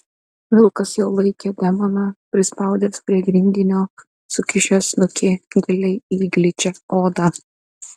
vilkas jau laikė demoną prispaudęs prie grindinio sukišęs snukį giliai į gličią odą